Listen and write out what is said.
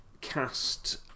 cast